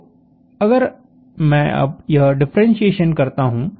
तो अगर मैं अब यह डिफ्रेंशीएशन करता हूं